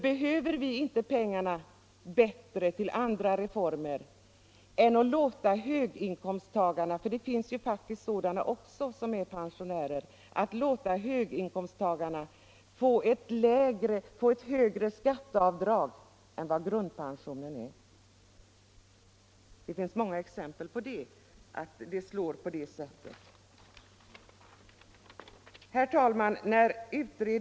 Behöver vi inte pengarna bättre till andra reformer än att låta höginkomsttagarna — för det finns ju faktiskt sådana också bland pensionärerna — få ett skatteavdrag som är högre än grundpensionen? Det finns många exempel på att det skulle slå på det sättet. Herr talman!